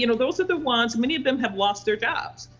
you know those are the ones, many of them have lost their jobs.